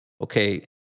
okay